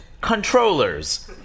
controllers